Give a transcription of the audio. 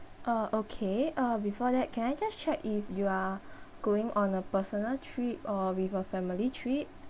uh okay uh before that can I just check if you are going on a personal trip or with a family trip